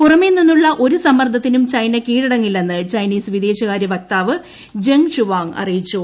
പുറമേ നിന്നുള്ള ഒരു സമ്മർദ്ദത്തിനും ചൈന കീഴടങ്ങില്ലെന്ന് ചൈനീസ് വിദേശകാര്യ വക്താവ് ജെങ് ഷുവാങ് അറിയിച്ചു